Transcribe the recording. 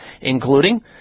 including